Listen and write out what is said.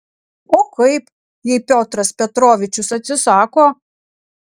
o kaip jei piotras petrovičius atsisako